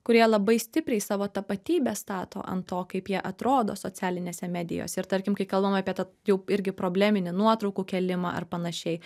kurie labai stipriai savo tapatybę stato ant to kaip jie atrodo socialinėse medijose ir tarkim kai kalbam apie jau irgi probleminį nuotraukų kėlimą ar panašiai